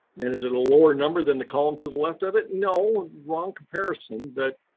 then, is it a lower number than the column to the left of it? no, wrong comparison but